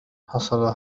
حصل